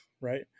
Right